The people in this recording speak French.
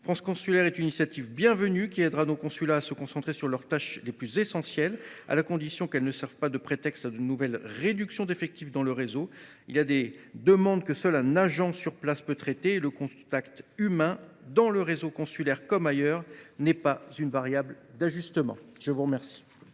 France Consulaire est une initiative bienvenue, qui aidera nos consulats à se concentrer sur leurs tâches essentielles, à la condition qu’elle ne serve pas de prétexte à de nouvelles réductions d’effectifs dans le réseau. En effet, il y a des demandes que seul un agent sur place peut traiter, et le contact humain, dans le réseau consulaire comme ailleurs, n’est pas une variable d’ajustement. La parole